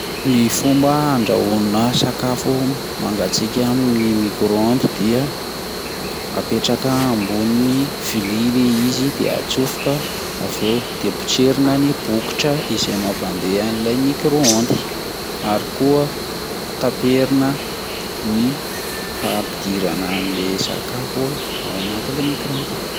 Ny fomba handrahoana sakafo mangatsika amin'ny micro-ondes de apetraka ambon'ny vilia le izy dia antsofoka aveo de potserina ny bokotra izay mampadeha ilay micro-ondes ary koa taperina ny fampidirana anle sakafo anaty micro-ondes.